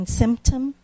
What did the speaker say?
symptom